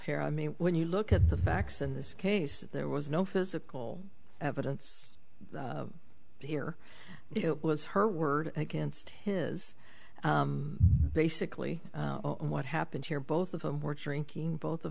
here i mean when you look at the facts in this case there was no physical evidence here it was her word against his basically what happened here both of them were drinking both of